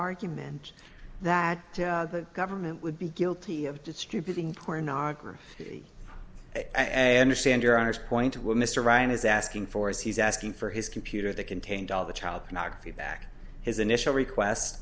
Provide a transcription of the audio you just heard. argument that the government would be guilty of distributing pornography he understand your honor's point where mr ryan is asking for is he's asking for his computer that contained all the child pornography back his initial request